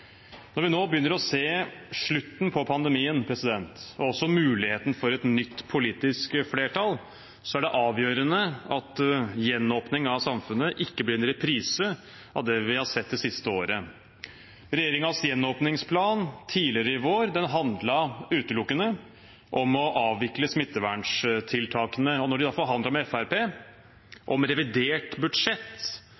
Når vi nå begynner å se slutten på pandemien og også muligheten for et nytt politisk flertall, er det avgjørende at gjenåpningen av samfunnet ikke blir en reprise av det vi har sett det siste året. Regjeringens gjenåpningsplan tidligere i vår handlet utelukkende om å avvikle smitteverntiltakene. Da de forhandlet med